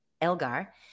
Elgar